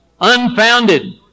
unfounded